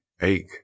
ache